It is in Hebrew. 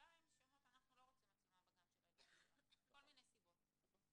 שלא רוצות מצלמות בגן מכל מיני סיבות.